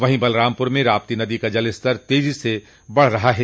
वहीं बलरामपुर में राप्ती नदी का जलस्तर तेजी से बढ़ रहा है